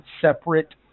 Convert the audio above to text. separate